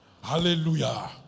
Hallelujah